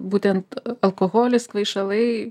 būtent alkoholis kvaišalai